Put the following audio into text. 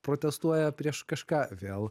protestuoja prieš kažką vėl